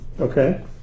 Okay